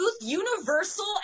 universal